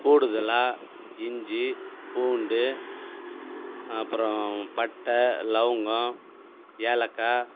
கூடுதலாக இஞ்சி பூண்டு அப்புறம் பட்டை லவங்கம் ஏலக்காய்